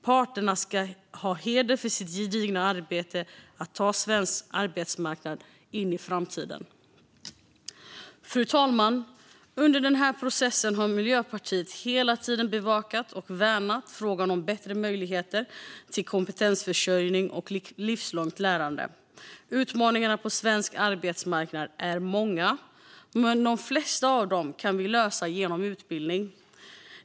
Parterna ska ha heder för sitt gedigna arbete för att ta svensk arbetsmarknad in i framtiden. Fru talman! Under den här processen har Miljöpartiet hela tiden bevakat och värnat frågan om bättre möjligheter till kompetensförsörjning och livslångt lärande. Utmaningarna på svensk arbetsmarknad är många, men de flesta av dem kan vi lösa genom utbildning.